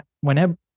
whenever